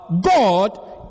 God